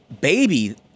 baby